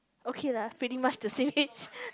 okay lah pretty much the same age